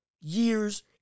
years